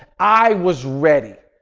i was ready.